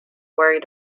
worried